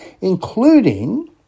including